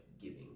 giving